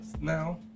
now